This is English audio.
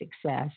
success